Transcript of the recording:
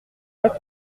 pas